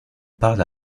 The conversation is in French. parle